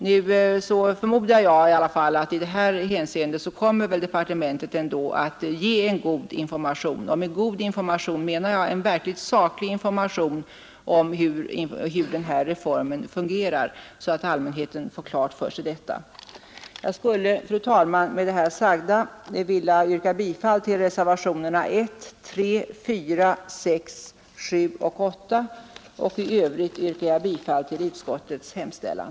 Jag förmodar att departementet i det här hänseendet kommer att ge en god information. Därmed menar jag en verkligt saklig information om hur reformen fungerar, så att allmänheten får det klart för sig. Med det sagda skulle jag, fru talman, vilja yrka bifall till reservationerna 1, 3,4, 6, 7 och 8 och i övrigt till utskottets hemställan.